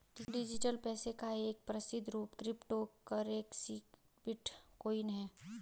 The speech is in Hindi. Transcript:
डिजिटल पैसे का एक प्रसिद्ध रूप क्रिप्टो करेंसी बिटकॉइन है